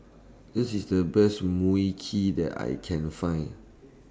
This IS The Best Mui Kee that I Can Find